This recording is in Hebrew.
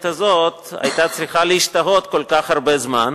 הזאת היתה צריכה להשתהות כל כך הרבה זמן.